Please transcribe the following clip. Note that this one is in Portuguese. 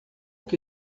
que